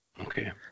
Okay